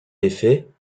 effet